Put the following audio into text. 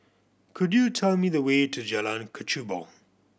could you tell me the way to Jalan Kechubong